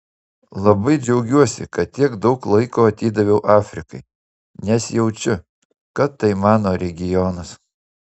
labai džiaugiuosi kad tiek daug laiko atidaviau afrikai nes jaučiu kad tai mano regionas